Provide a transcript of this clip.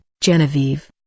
Genevieve